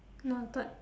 noted